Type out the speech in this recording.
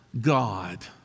God